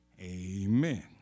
Amen